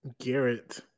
Garrett